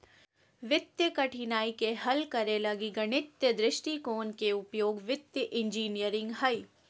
वित्तीय कठिनाइ के हल करे लगी गणितीय दृष्टिकोण के उपयोग वित्तीय इंजीनियरिंग हइ